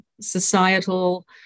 societal